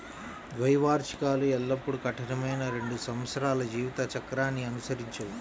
ద్వైవార్షికాలు ఎల్లప్పుడూ కఠినమైన రెండు సంవత్సరాల జీవిత చక్రాన్ని అనుసరించవు